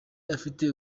afite